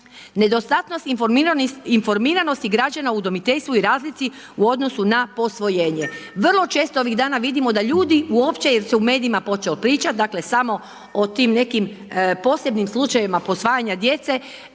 nedostatnost informiranosti građana u udomiteljstvu i razlici u odnosu na posvojenje. Vrlo često ovih dana vidimo da ljudi uopće jer se u medijima počelo pričat, dakle samo o tim nekim posebnim slučajevima posvajanja djece,